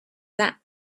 that